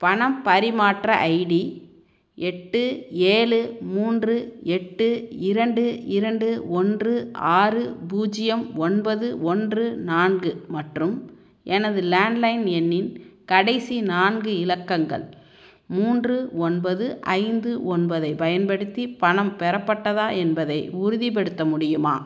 பணம் பரிமாற்ற ஐடி எட்டு ஏழு மூன்று எட்டு இரண்டு இரண்டு ஒன்று ஆறு பூஜ்ஜியம் ஒன்பது ஒன்று நான்கு மற்றும் எனது லேண்ட்லைன் எண்ணின் கடைசி நான்கு இலக்கங்கள் மூன்று ஒன்பது ஐந்து ஒன்பதை பயன்படுத்திப் பணம் பெறப்பட்டதா என்பதை உறுதிப்படுத்த முடியுமா